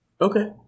Okay